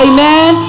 Amen